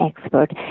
expert